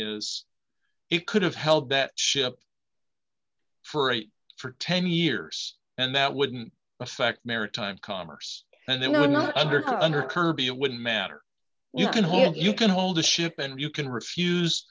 is it could have held that ship for eight or ten years and that wouldn't affect maritime commerce and they were not under come under kirby it wouldn't matter you can hear you can hold the ship and you can refuse